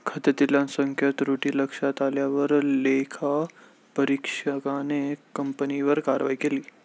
खात्यातील असंख्य त्रुटी लक्षात आल्यावर लेखापरीक्षकाने कंपनीवर कारवाई केली